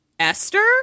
Esther